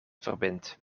verbindt